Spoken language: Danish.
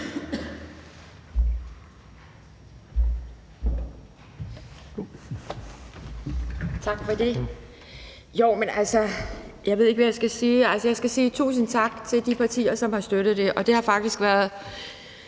Tak for det.